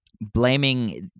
blaming